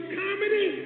comedy